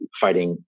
fighting